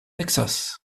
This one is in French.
texas